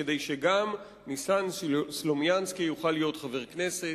כדי שגם ניסן סלומינסקי יוכל להיות חבר הכנסת.